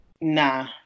nah